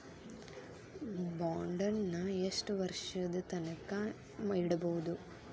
ಬಾಂಡನ್ನ ಯೆಷ್ಟ್ ವರ್ಷದ್ ತನ್ಕಾ ಇಡ್ಬೊದು?